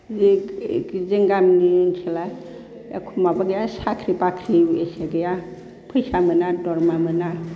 जों गामिनि खेला एख' माबा गैया साख्रि बाख्रि एसे गैया फैसा मोना दरमहा मोना